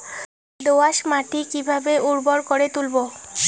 দোয়াস মাটি কিভাবে উর্বর করে তুলবো?